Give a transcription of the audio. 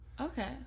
Okay